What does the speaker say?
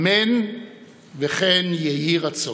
אמן כן יהי רצון.